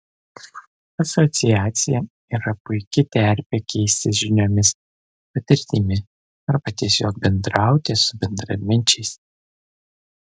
asociacija yra puiki terpė keistis žiniomis patirtimi arba tiesiog bendrauti su bendraminčiais